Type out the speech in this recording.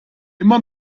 immer